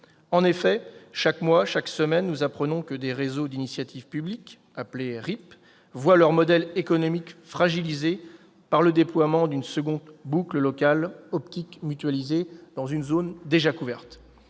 En effet, chaque mois, chaque semaine, nous apprenons que des réseaux d'initiative publique, ou RIP, voient leur modèle économique fragilisé par le déploiement d'une seconde boucle locale optique mutualisée dans une zone déjà couverte.